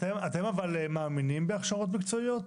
אתם מאמינים בהכשרות מקצועיות?